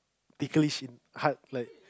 ticklish and hard like